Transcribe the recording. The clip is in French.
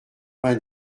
vingt